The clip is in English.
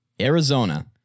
Arizona